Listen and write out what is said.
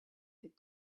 that